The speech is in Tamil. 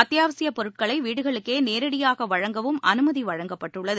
அத்தியாவசியப் பொருட்களை வீடுகளுக்கே நேரடியாக வழங்கவும் அனுமதி வழங்கப்பட்டுள்ளது